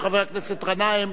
חבר הכנסת גנאים,